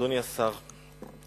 אדוני היושב-ראש,